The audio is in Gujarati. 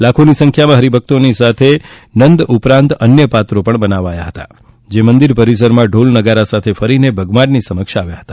લાખોની સંખ્યામાં હરિભક્તોની સાથે નંદ ઉપરાંત અન્ય પાત્રો બનાવાયા હતા જે મંદિર પરિસરમાં ઢોલ નગારા સાથે ફરીને ભગવાનની સમક્ષ આવ્યા હતા